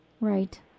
Right